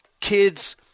kids